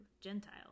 Gentile